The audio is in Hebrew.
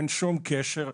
אין שום קשר,